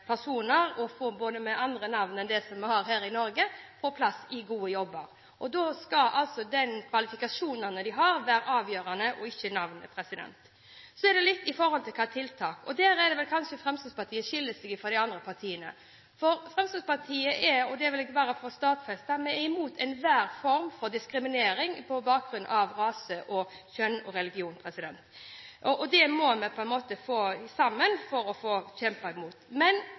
personer med andre navn enn det vi har her i Norge, på plass i gode jobber. Da skal altså de kvalifikasjonene de har, være avgjørende og ikke navnet. Så litt i forhold til tiltak: Der skiller vel kanskje Fremskrittspartiet seg litt ut fra de andre partiene. Fremskrittspartiet er imot – og det vil jeg bare få stadfestet – enhver form for diskriminering på bakgrunn av rase, kjønn og religion. Det må vi stå sammen om å kjempe imot. Men Fremskrittspartiet mener at det er ikke kvotering og kvotering som er den rette veien å